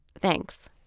Thanks